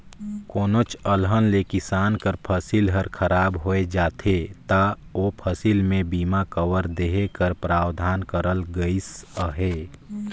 कोनोच अलहन ले किसान कर फसिल हर खराब होए जाथे ता ओ फसिल में बीमा कवर देहे कर परावधान करल गइस अहे